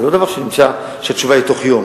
זה לא דבר שהתשובה עליו היא בתוך יום.